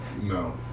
No